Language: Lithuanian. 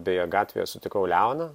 beje gatvėje sutikau leoną